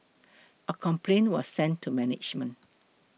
a complaint was sent to management